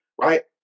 right